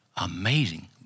amazing